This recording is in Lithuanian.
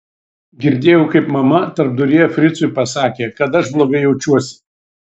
girdėjau kaip mama tarpduryje fricui pasakė kad aš blogai jaučiuosi